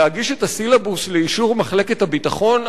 להגיש את הסילבוס לאישור מחלקת הביטחון?